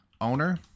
owner